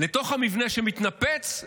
לתוך המבנה שמתנפץ,